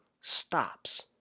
stops